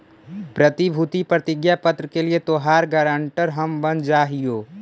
प्रतिभूति प्रतिज्ञा पत्र के लिए तोहार गारंटर हम बन जा हियो